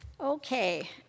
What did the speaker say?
Okay